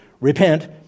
Repent